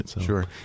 sure